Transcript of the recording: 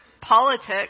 politics